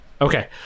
Okay